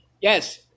Yes